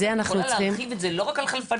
החקיקה הזאת יכולה להרחיב את זה לא רק על חלפנים.